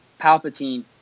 Palpatine